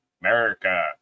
America